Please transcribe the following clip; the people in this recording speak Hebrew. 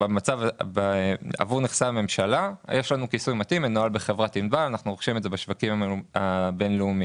עבור נכסי הממשלה יש כיסוי מתאים שאנחנו רוכשים בשווקים הבינלאומיים.